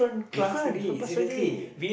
different different class already